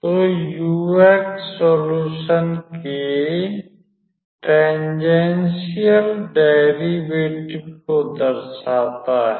तो ux solution के tangential derivative को दर्शाता है